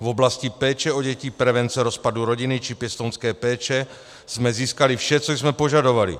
V oblasti péče o děti, prevence rozpadu rodiny či pěstounské péče jsme získali vše, co jsme požadovali.